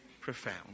profound